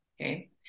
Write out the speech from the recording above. okay